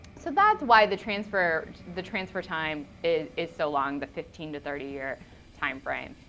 so that's why the transfer the transfer time is is so long, the fifteen to thirty year time frame.